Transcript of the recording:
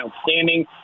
outstanding